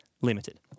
Limited